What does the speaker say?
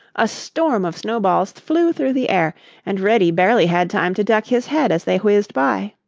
a storm of snowballs flew through the air and reddy barely had time to duck his head as they whizzed by.